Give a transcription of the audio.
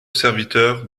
serviteurs